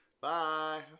Bye